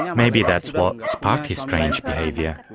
yeah maybe that's what sparked his strange behaviour.